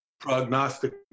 prognostic